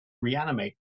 reanimate